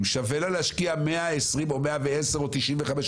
שווה לה להשקיע 120,000 או 110,000 או 95,000,